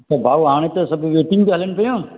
त भाउ हाणे त सभिनि जी छुट्टियूं हलनि पियूं